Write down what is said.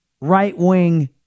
right-wing